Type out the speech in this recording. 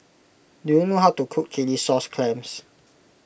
do you know how to cook Chilli Sauce Clams